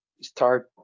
start